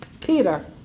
Peter